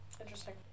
Interesting